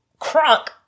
crunk